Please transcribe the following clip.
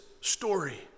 story